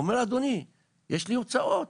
יש לי הוצאות